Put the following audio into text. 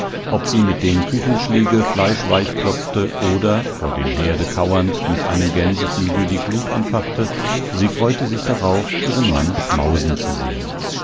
ob sie mit dem küchenschlegel fleisch weichklopfte oder vor dem herde kauernd mit einem gänseflügel die glut anfachte sie freute sich darauf ihren mann schmausen zu sehen